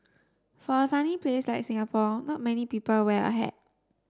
for a sunny place like Singapore not many people wear a hat